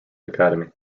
academy